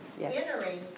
entering